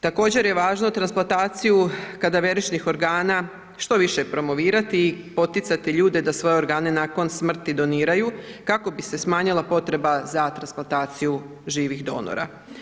Također je važno transplantaciju kadaveričnih organa što više promovirati i poticati ljude da svoje organe nakon smrti doniraju, kako bi se smanjila potreba za transplantaciju živih donora.